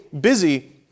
busy